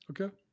Okay